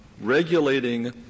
regulating